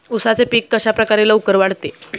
उसाचे पीक कशाप्रकारे लवकर वाढते?